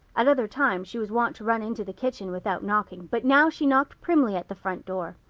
at other times she was wont to run into the kitchen without knocking but now she knocked primly at the front door.